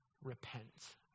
repent